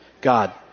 God